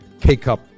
K-Cup